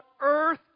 earth